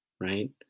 right